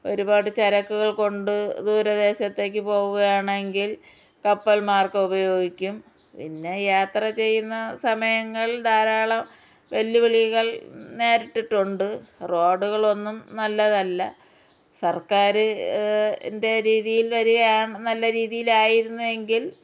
ഒരുപാട് ചരക്കുകൾ കൊണ്ട് ദൂരദേശത്തേക്ക് പോകുകയാണെങ്കിൽ കപ്പൽ മാർഗ്ഗം ഉപയോഗിക്കും പിന്നെ യാത്രചെയ്യുന്ന സമയങ്ങൾ ധാരാളം വെല്ലുവിളികൾ നേരിട്ടിട്ടുണ്ട് റോഡുകളൊന്നും നല്ലതല്ല സർക്കാർ ൻ്റെ രീതിയിൽ വരികയാ നല്ല രീതിയിൽ ആയിരുന്നുവെങ്കിൽ